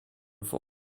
for